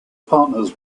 partners